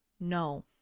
no